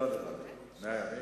לא נראה לי.